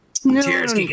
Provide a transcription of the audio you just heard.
Cheers